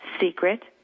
Secret